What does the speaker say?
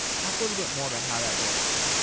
talk a little but more about how that works.